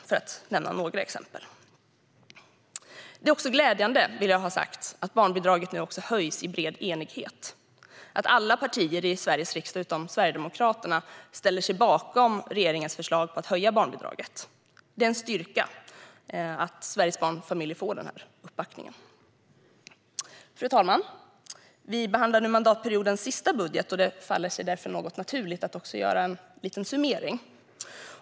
Det är också glädjande, vill jag ha sagt, att barnbidraget nu höjs i bred enighet. Alla partier i Sveriges riksdag utom Sverigedemokraterna ställer sig bakom regeringens förslag om att höja barnbidraget. Det är en styrka att Sveriges barnfamiljer får den uppbackningen. Fru talman! Vi behandlar nu mandatperiodens sista budget. Det faller sig därför naturligt att göra en liten summering.